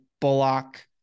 Bullock